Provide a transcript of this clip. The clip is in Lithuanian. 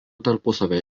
tarpusavio